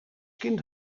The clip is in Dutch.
kind